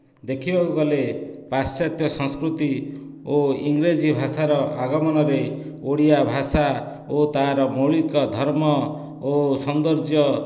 ଦେଖିବାକୁ ଗଲେ ପାଶ୍ଚାତ୍ୟ ସଂସ୍କୃତି ଓ ଇଂରାଜୀ ଭାଷାର ଆଗମନରେ ଓଡ଼ିଆ ଭାଷା ଓ ତାର ମୌଳିକ ଧର୍ମ ଓ ସୌନ୍ଦର୍ଯ୍ୟ